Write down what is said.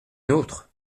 nôtre